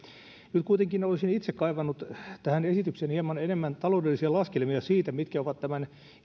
nyt kuitenkin olisin itse kaivannut tähän esitykseen hieman enemmän taloudellisia laskelmia siitä mitkä ovat tämän